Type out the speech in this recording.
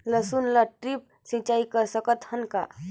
लसुन ल ड्रिप सिंचाई कर सकत हन का?